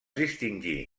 distingí